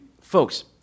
Folks